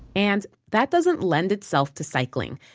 and that doesn't lend itself to cycling.